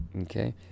okay